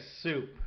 soup